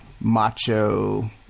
macho